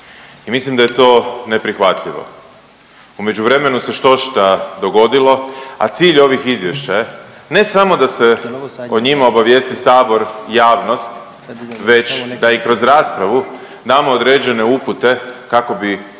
mislim da je to neprihvatljivo. U međuvremenu se štošta dogodilo, a cilj ovih izvještaja je ne samo da s o njima obavijesti Sabor, javnost već da i kroz raspravu nama određene upute kako bi